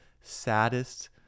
saddest